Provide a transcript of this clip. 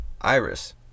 iris